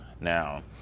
now